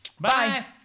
Bye